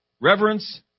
reverence